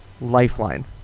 Lifeline